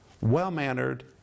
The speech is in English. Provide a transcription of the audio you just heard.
well-mannered